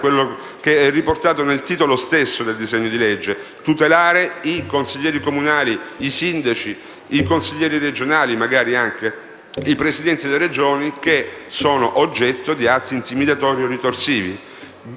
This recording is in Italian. quello riportato nel titolo stesso del disegno di legge: tutelare i consiglieri comunali, i sindaci, magari anche i consiglieri regionali, i Presidenti delle Regioni che sono oggetto di atti intimidatori o ritorsivi.